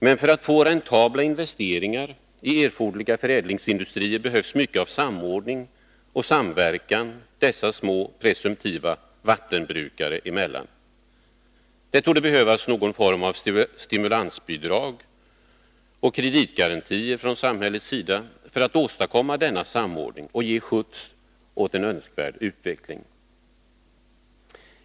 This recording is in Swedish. Men för att få räntabla investeringar i erforderliga förädlingsindustrier behövs mycket av samordning och samverkan dessa små presumtiva vattenbrukare emellan. Det torde behövas någon form av stimulansbidrag och kreditgarantier från samhällets sida för att man skall kunna åstadkomma denna samordning och ge skjuts åt en önskvärd utveckling.